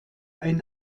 ein